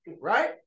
Right